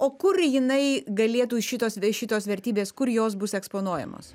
o kur jinai galėtų iš šitos šitos vertybės kur jos bus eksponuojamos